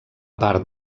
part